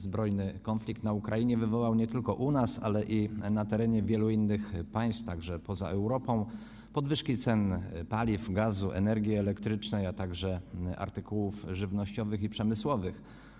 Zbrojny konflikt na Ukrainie wywołał nie tylko u nas, ale i na terenie wielu innych państw, także poza Europą, podwyżki cen paliw, gazu, energii elektrycznej, a także artykułów żywnościowych i przemysłowych.